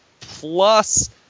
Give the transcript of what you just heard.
plus